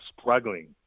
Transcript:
struggling